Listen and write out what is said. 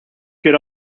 could